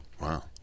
Wow